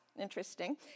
interesting